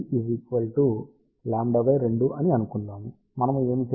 అని అనుకుందాము మనము ఏమి చేయాలి